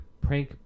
prank